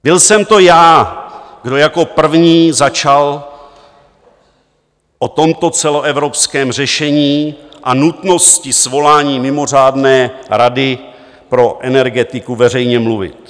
Byl jsem to já, kdo jako první začal o tomto celoevropském řešení a nutnosti svolání mimořádné Rady pro energetiku veřejně mluvit.